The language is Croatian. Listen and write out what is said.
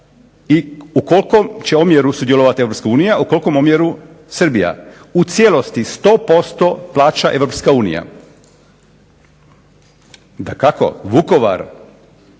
i u kolikom će omjeru sudjelovati Europska unija, u koliko omjeru Srbija. U cijelosti 100% plaća Europska unija.